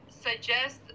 suggest